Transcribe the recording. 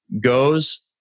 goes